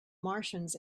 martians